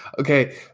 Okay